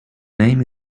name